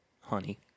honey